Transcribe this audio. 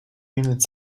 minutes